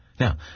Now